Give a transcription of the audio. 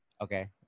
Okay